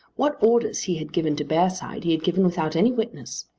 what orders he had given to bearside he had given without any witness,